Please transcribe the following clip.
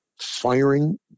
firing